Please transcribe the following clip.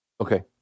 Okay